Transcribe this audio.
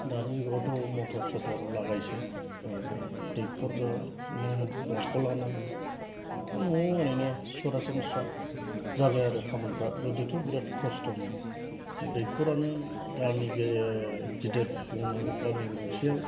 दानि जुगावथ' मथर सटर लागायोसै दैखरानो होन दंखलआवनो होन दा न'आव ओरैनो सरासनस्रा जाबाय आरो खामानिफ्रा गोदोथ' बिरात खस्त'मोन दैखरानो गामि गेजेर गिदिर गामि गंसेयाव